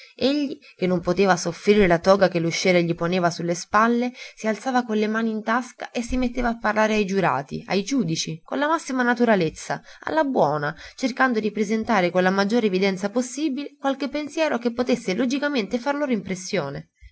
egli che non poteva soffrire la toga che l'usciere gli poneva su le spalle si alzava con le mani in tasca e si metteva a parlare ai giurati ai giudici con la massima naturalezza alla buona cercando di presentare con la maggiore evidenza possibile qualche pensiero che potesse logicamente far